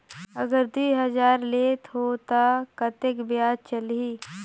अगर दुई हजार लेत हो ता कतेक ब्याज चलही?